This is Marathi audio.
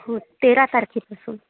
हो तेरा तारखेपासून